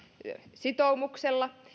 sitoumuksella